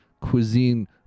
cuisine